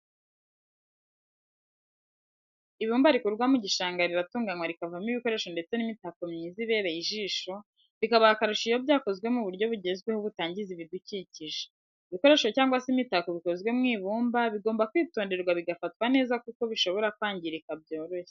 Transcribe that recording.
Ibumba rikurwa mu gishanga riratunganywa rikavamo ibikoresho ndetse n'imitako myiza ibereye ijisho bikaba akarusho iyo byakozwe mu buryo bugezweho butangiza ibidukikije. ibikoresho cyangwa se imitako bikozwe mu ibumba bigomba kwitonderwa bigafatwa neza kuko bishobora kwangirika byoroshye.